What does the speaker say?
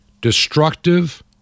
destructive